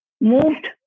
moved